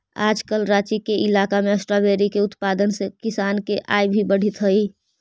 आजकल राँची के इलाका में स्ट्राबेरी के उत्पादन से किसान के आय भी बढ़ित हइ